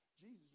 Jesus